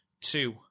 two